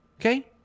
Okay